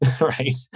Right